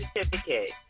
certificate